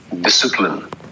discipline